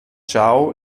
chao